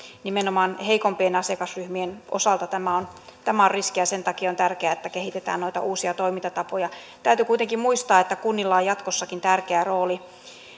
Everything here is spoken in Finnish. nimenomaan heikompien asiakasryhmien osalta tämä on riski ja sen takia on tärkeää että kehitetään noita uusia toimintatapoja täytyy kuitenkin muistaa että kunnilla on jatkossakin tärkeä rooli